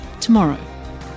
tomorrow